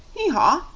hee-haw!